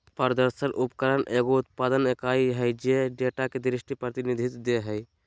प्रदर्शन उपकरण एगो उत्पादन इकाई हइ जे डेटा के दृश्य प्रतिनिधित्व दे हइ